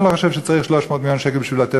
אני לא חושב שצריך 300 מיליון שקל בשביל לתת